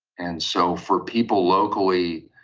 and so for people locally,